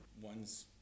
One's